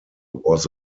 was